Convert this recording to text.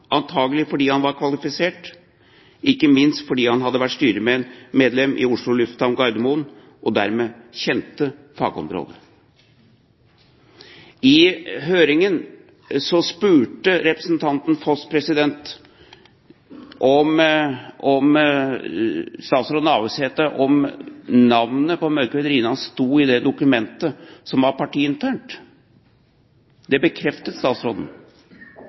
antakelig fordi han var kvalifisert, ikke minst fordi han hadde vært styremedlem i Oslo Lufthavn Gardermoen og dermed kjente fagområdet. I høringen spurte representanten Foss statsråd Navarsete om navnet til Mørkved Rinnan sto i det dokumentet som var partiinternt. Det bekreftet statsråden.